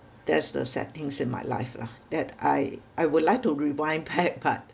that's the sad things in my life lah that I I would like to rewind back but